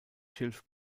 schilf